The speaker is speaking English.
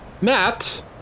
Matt